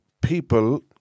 people